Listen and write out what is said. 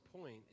point